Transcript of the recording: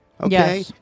Okay